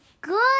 good